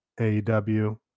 AEW